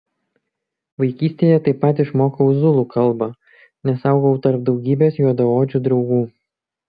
vaikystėje taip pat išmokau zulų kalbą nes augau tarp daugybės juodaodžių draugų